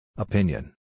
Opinion